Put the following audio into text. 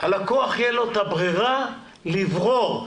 תהיה לו את הברירה לבחור.